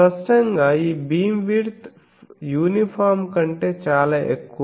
స్పష్టంగా ఈ beamwidth uniform కంటే చాలా ఎక్కువ